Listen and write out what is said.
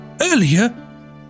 earlier